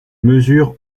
mesure